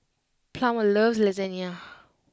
Plummer loves Lasagna